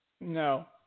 No